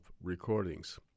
recordings